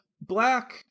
black